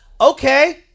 Okay